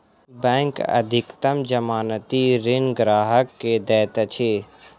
bank अधिकतम जमानती ऋण ग्राहक के दैत अछि